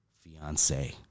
Fiance